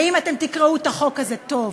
ואם אתם תקראו את החוק הזה טוב,